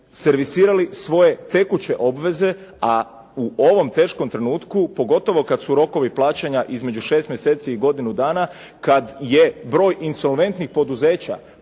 servisirali svoje tekuće obveze, a u ovom teškom trenutku, pogotovo kad su rokovi plaćanja između 6 mjeseci i godinu dana, kad je broj insolventnih poduzeća